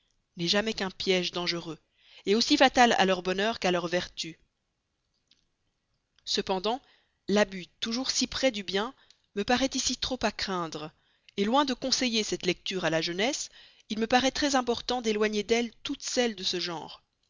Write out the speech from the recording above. n'est jamais qu'un piège dangereux aussi fatal à leur bonheur qu'à leur vertu cependant l'abus toujours si près du bien me paraît ici trop à craindre loin de conseiller cette lecture à la jeunesse il me paraît très important d'éloigner d'elle toutes celles de ce genre